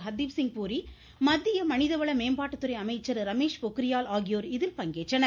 ஹர்தீப்சிங் பூரி மத்திய மனித வள மேம்பாட்டுத்துறை அமைச்சர் ரமேஷ் பொக்ரியால் ஆகியோர் இதில் பங்கேற்றனர்